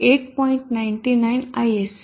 99 Isc